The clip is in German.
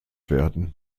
werden